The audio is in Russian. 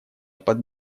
под